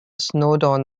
snowdon